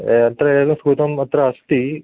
अत्र एकं स्यूतम् अत्र अस्ति